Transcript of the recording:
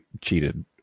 cheated